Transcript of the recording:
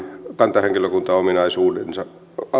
kantahenkilökuntaominaisuudessa